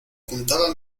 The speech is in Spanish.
juntaba